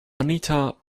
anita